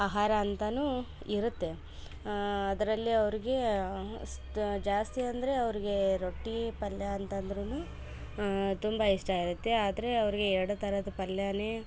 ಆಹಾರ ಅಂತನು ಇರುತ್ತೆ ಅದರಲ್ಲೆ ಅವರಿಗೆ ಜಾಸ್ತಿ ಅಂದರೆ ಅವರಿಗೆ ರೊಟ್ಟಿ ಪಲ್ಯ ಅಂತ ಅಂದರೂನು ತುಂಬ ಇಷ್ಟ ಇರುತ್ತೆ ಆದರೆ ಅವರಿಗೆ ಎರಡು ಥರದ ಪಲ್ಯನೇ